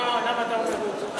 למה אתה אומר לו את זה?